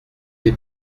est